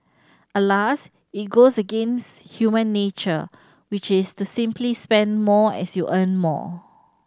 alas it goes against human nature which is to simply spend more as you earn more